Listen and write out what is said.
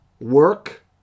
work